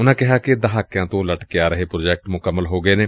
ਉਨੂਾਂ ਕਿਹਾ ਕਿ ਦਹਾਕਿਆ ਤੋਂ ਲਟਕੇ ਆ ਰਹੇ ਪ੍ਾਜੈਕਟ ਮੁਕੰਮਲ ਹੋ ਗਏ ਨੇ